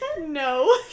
No